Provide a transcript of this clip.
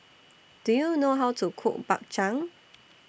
Do YOU know How to Cook Bak Chang